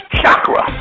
chakra